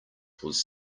was